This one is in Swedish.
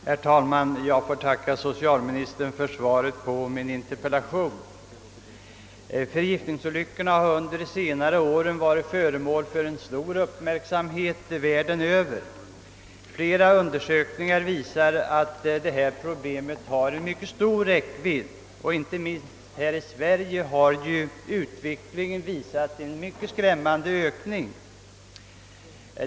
Herr talman! Jag tackar socialministern för svaret på min interpellation. Förgiftningsolyckorna har under senare år varit föremål för stor uppmärksamhet världen över. Flera undersökningar visar att detta problem har en mycket stor räckvidd. Inte minst här i Sverige har utvecklingen gått mot en mycket skrämmande ökning.